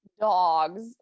Dogs